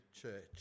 church